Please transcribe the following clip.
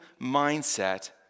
mindset